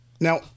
now